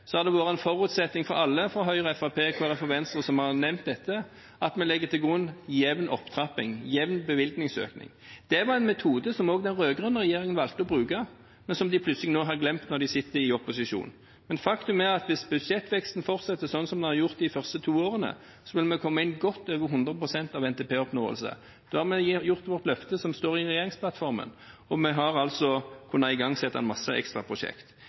så har det vært en forutsetning for alle fra Høyre, Fremskrittspartiet, Kristelig Folkeparti og Venstre som har nevnt dette, at vi legger til grunn en jevn opptrapping, en jevn bevilgningsøkning. Det er en metode som også den rød-grønne regjeringen valgte å bruke, men som de nå plutselig har glemt når de sitter i opposisjon. Faktum er at hvis budsjettveksten fortsetter som den har gjort de første to årene, vil vi komme godt over 100 pst. av NTP-oppnåelse. Da har vi holdt løftet vårt som står i regjeringsplattformen, og vi har altså kunnet igangsette en masse